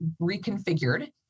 reconfigured